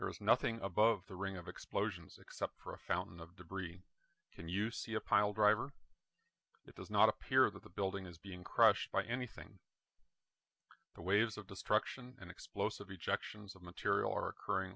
there is nothing above the ring of explosions except for a fountain of debris can you see a pile driver that does not appear that the building is being crushed by anything the waves of destruction and explosive ejections of material are occurring